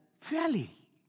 fairly